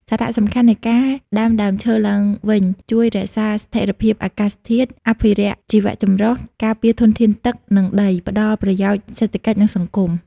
សារៈសំខាន់នៃការដាំដើមឈើឡើងវិញជួយ រក្សាស្ថិរភាពអាកាសធាតុ អភិរក្សជីវៈចម្រុះ ការពារធនធានទឹក និងដី ផ្ដល់ប្រយោជន៍សេដ្ឋកិច្ច និងសង្គម។